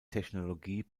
technologie